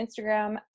Instagram